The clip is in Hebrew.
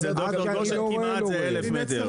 אצל ד"ר גושן כמעט זה 1,000 מטר,